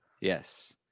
Yes